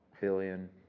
billion